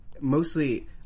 Mostly